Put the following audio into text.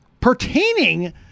pertaining